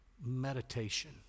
meditation